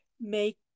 make